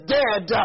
dead